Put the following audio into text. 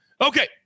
Okay